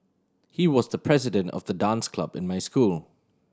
he was the president of the dance club in my school